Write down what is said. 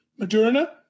Moderna